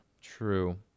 True